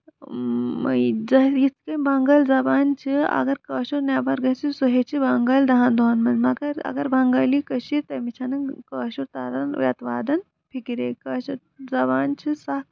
یِتھ کٔنۍ بَنگٲلۍ زَبان چھِ اَگر کٲشُر نیبر گژھِ سُہ ہٮ۪چھِ بَنگٲلۍ دَہن دۄہن منٛز مَگر اَگر بنگالی کٲشرِ تٔمِس چھنہٕ کٲشُر تَگان رٮ۪تہٕ وادن فِکرے کٲشِر زَبان چھِ سخ